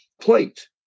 plate